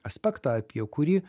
aspektą apie kurį